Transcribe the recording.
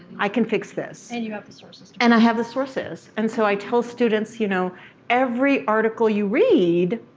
i can fix this. and you have the sources too. and i have the sources. and so i tell students you know every article you read,